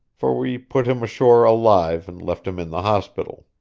for we put him ashore alive and left him in the hospital.